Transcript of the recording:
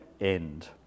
end